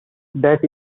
that